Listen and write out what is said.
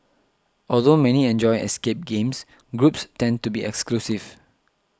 although many enjoy escape games groups tend to be exclusive